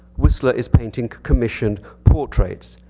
whistler is painting commissioned portraits.